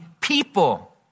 people